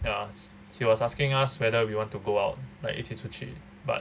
ya he was asking us whether we want to go out like 一起出去 but